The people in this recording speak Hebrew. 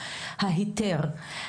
ההיתר.